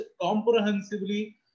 comprehensively